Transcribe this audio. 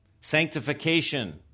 sanctification